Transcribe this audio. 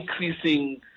Increasing